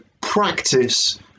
practice